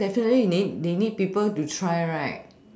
so definitely need they need people to try right